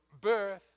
birth